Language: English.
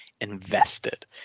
invested